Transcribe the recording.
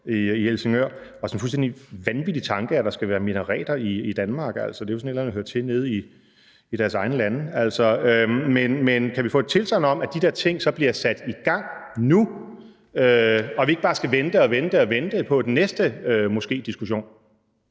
i Helsingør. Og det er jo sådan en fuldstændig vanvittig tanke, at der skal være minareter i Danmark. Altså, det er jo sådan et eller andet, der hører til nede i deres egne lande. Men kan vi få et tilsagn om, at de der ting så bliver sat i gang nu, og at vi ikke bare skal vente og vente på den næste moskédiskussion?